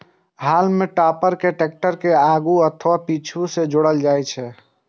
हाल्म टॉपर कें टैक्टर के आगू अथवा पीछू सं जोड़ल जा सकै छै